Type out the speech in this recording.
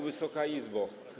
Wysoka Izbo!